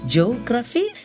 Geography